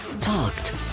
talked